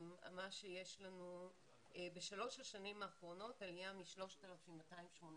מה שיש לנו, בשלוש השנים האחרונות עלייה מ-3,287